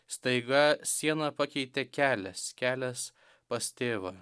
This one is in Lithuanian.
staiga sieną pakeitė kelias kelias pas tėvą